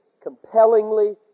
compellingly